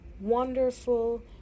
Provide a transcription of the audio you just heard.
wonderful